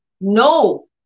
no